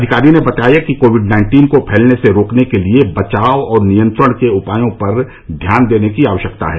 अधिकारी ने बताया कि कोविड नाइन्टीन को फैलने से रोकने के लिए बचाव और नियंत्रण के उपायों पर ध्यान देने की आवश्यकता है